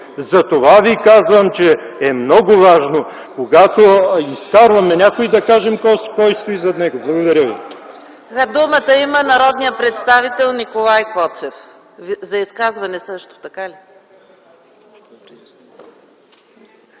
Затова ви казвам, че е много важно, когато изкарваме някого, да кажем кой стои зад него. Благодаря Ви.